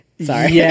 sorry